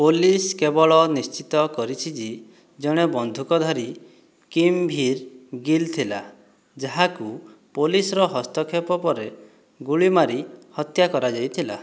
police କେବଳ ନିଶ୍ଚିତ କରିଛି ଯେ ଜଣେ ବନ୍ଧୁକଧାରୀ କିମ୍ଭୀର୍ ଗିଲ୍ ଥିଲା ଯାହାକୁ ପୋଲିସ୍ର ହସ୍ତକ୍ଷେପ ପରେ ଗୁଳି ମାରି ହତ୍ୟା କରାଯାଇଥିଲା